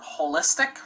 holistic